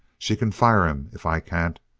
she can fire him if i can't.